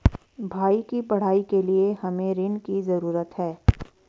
भाई की पढ़ाई के लिए हमे ऋण की जरूरत है